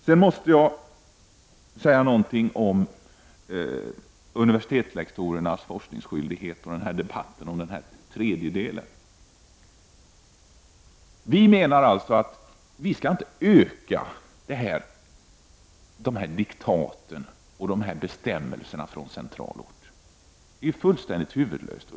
Sedan måste jag säga någonting om universitetslektorernas forskningsskyldighet och den omdebatterade tredjedelen. Vi menar att vi inte skall öka diktaten och bestämmelserna från central ort. Det är fullständigt huvudlöst.